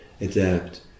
adapt